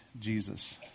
Jesus